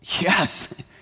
yes